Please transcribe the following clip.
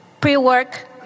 pre-work